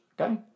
okay